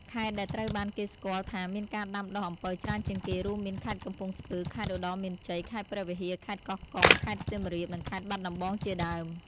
ខេត្តដែលត្រូវបានគេស្គាល់ថាមានការដាំដុះអំពៅច្រើនជាងគេ រួមមាន ខេត្តកំពង់ស្ពឺ ខេត្តឧត្តរមានជ័យ ខេត្តព្រះវិហារ ខេត្តកោះកុង ខេត្តសៀមរាប និងខេត្តបាត់ដំបងជាដើម។